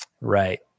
Right